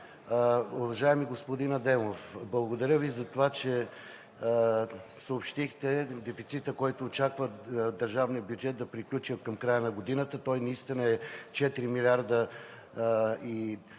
Уважаеми господин Адемов, благодаря Ви за това, че съобщихте дефицита, с който държавният бюджет очаква да приключи към края на годината. Той наистина е 4 млрд.